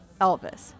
Elvis